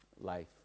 life